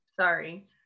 sorry